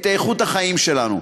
את איכות החיים שלנו.